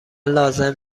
لازم